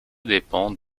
dépend